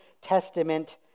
Testament